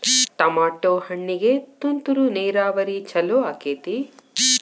Tomato ಹಣ್ಣಿಗೆ ತುಂತುರು ನೇರಾವರಿ ಛಲೋ ಆಕ್ಕೆತಿ?